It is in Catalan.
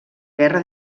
guerra